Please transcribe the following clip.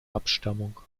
abstammung